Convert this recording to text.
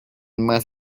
más